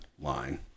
line